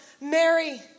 Mary